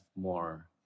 more